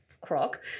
croc